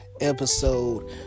episode